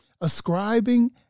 Ascribing